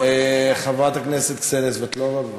חברת הכנסת קסניה סבטלובה, בבקשה.